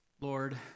Lord